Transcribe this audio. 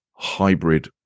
hybrid